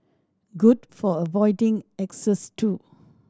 good for avoiding exes too